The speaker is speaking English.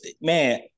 Man